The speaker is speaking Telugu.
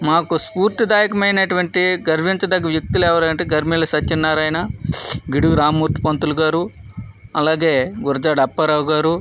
మాకు స్ఫూర్తిదాయకమైనటువంటి గర్వించదగ్గ వ్యక్తులు ఎవరు అంటే గరిమెళ్ళ సత్యనారాయణ గిడుగు రామ్మూర్తి పంతులుగారు అలాగే గురుజాడ అప్పారావు గారు